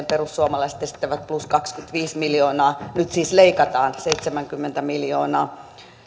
perussuomalaiset esittävät plus kaksikymmentäviisi miljoonaa nyt siis leikataan seitsemänkymmentä miljoonaa